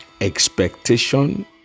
expectation